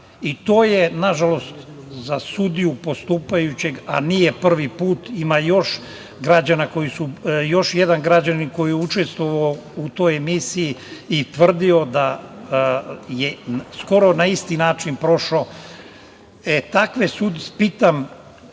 To je nažalost za sudiju postupajućeg, a nije prvi put, ima još jedan građanin koji je učestvovao u toj emisiji i tvrdio da je skoro na isti način prošao. Pitam sve